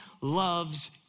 loves